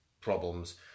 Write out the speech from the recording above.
problems